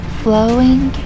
flowing